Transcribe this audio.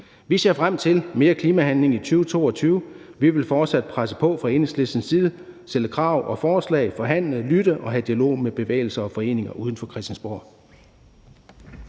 Vi ser frem til mere klimahandling i 2022. Vi vil fortsat presse på fra Enhedslistens side, stille krav og forslag, forhandle, lytte og have dialog med bevægelser og foreninger uden for Christiansborg.